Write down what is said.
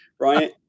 right